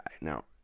now